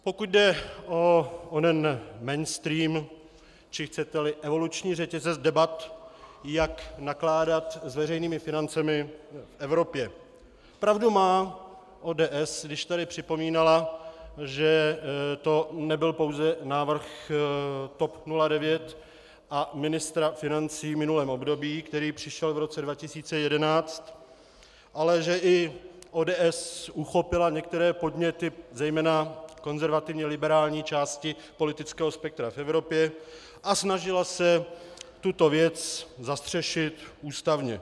Pokud jde o onen mainstream, či chceteli evoluční řetězec debat, jak nakládat s veřejnými financemi v Evropě, pravdu má ODS, když tady připomínala, že to nebyl pouze návrh TOP 09 a ministra financí v minulém období, který přišel v roce 2011, ale že i ODS uchopila některé podněty zejména konzervativně liberální části politického spektra v Evropě a snažila se tuto věc zastřešit ústavně.